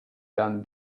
than